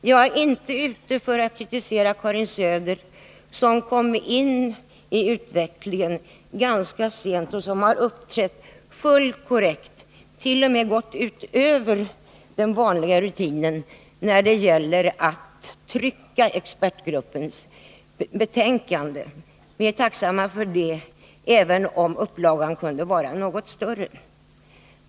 Jag är inte ute efter att kritisera Karin Söder, som kom in i frågan ganska sent och som har uppträtt fullt korrekt. Hon har t.o.m. gått utöver den vanliga rutinen när hon har låtit trycka expertgruppens betänkande — vi är tacksamma för det, även om vi anser att upplagan kunde ha varit något större.